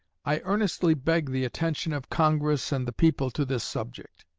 i earnestly beg the attention of congress and the people to this subject.